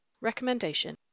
Recommendation